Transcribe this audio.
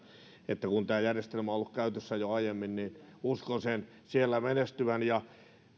että kun tämä järjestelmä on ollut käytössä jo aiemmin niin uskon sen siellä menestyvän